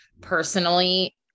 Personally